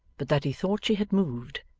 but that he thought she had moved.